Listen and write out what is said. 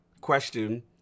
question